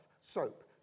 soap